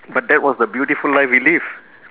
but that was the beautiful life we live